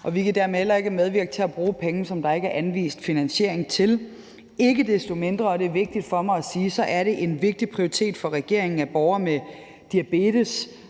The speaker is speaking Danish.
og vi kan dermed heller ikke medvirke til at bruge penge på noget, som der ikke er anvist finansiering til. Ikke desto mindre, og det er vigtigt for mig at sige, er det en vigtig prioritet for regeringen, at borgere med diabetes